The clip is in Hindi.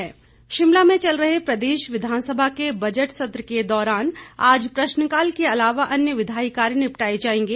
विधानसभा शिमला में चल रहे प्रदेश विधानसभा के बजट सत्र के दौरान आज प्रश्नकाल के अलावा अन्य विधायी कार्य निपटाए जाएंगे